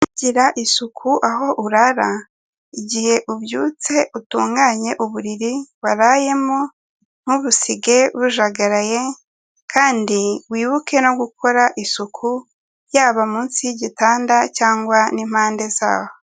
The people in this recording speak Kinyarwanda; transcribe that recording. Kugira isuku aho urara, igihe ubyutse utunganye uburiri warayemo, ntubusige bujagaraye kandi wibuke no gukora isuku yaba munsi y'igitanda cyangwa n'impande zaho.